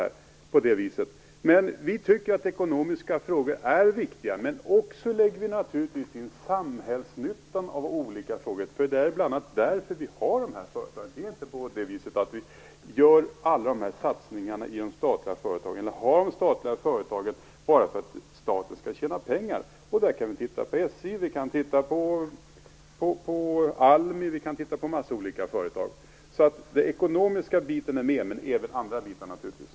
Vi socialdemokrater tycker att ekonomiska frågor är viktiga, men vi lägger naturligtvis också in samhällsnyttan i olika frågor. Det är ju bl.a. därför vi har dessa företag. Alla dessa satsningar och dessa statliga företag finns inte till bara för att staten skall tjäna pengar - titta t.ex. på SJ, Almi och en massa andra olika företag. Den ekonomiska biten är alltså med, men naturligtvis även andra bitar.